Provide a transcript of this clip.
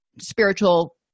spiritual